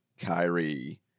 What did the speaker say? Kyrie